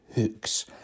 hooks